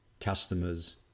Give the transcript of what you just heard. customers